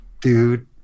dude